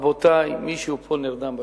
רבותי, מישהו פה נרדם בשמירה.